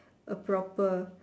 a proper